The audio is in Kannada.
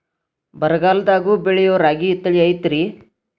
ಬರಗಾಲದಾಗೂ ಬೆಳಿಯೋ ರಾಗಿ ತಳಿ ಐತ್ರಿ?